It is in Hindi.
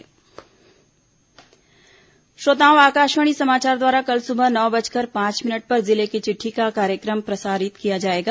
जिले की चिट़ठी श्रोताओं आकाशवाणी समाचार द्वारा कल सुबह नौ बजकर पांच मिनट पर जिले की चिट्ठी कार्यक्रम का प्रसारण किया जाएगा